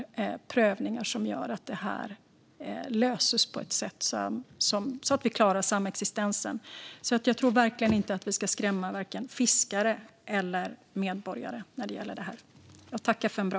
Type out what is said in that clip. Det ska vara prövningar som leder till att detta löses på ett sätt som gör att vi klarar samexistensen. Jag tycker verkligen inte att vi ska skrämma vare sig fiskare eller medborgare när det gäller det här.